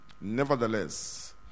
Nevertheless